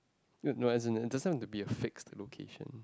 no as in it doesn't have to be a fixed location